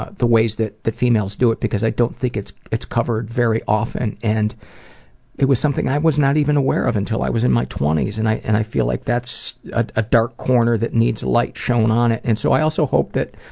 ah the ways that the females do it because i don't think it's it's covered very often and it was something i was not even aware of until i was in my twenties and i and i feel like that's a dark corner that needs light shone on it and so i also hope that,